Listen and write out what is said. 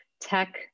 tech